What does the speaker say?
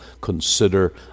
consider